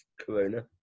corona